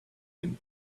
him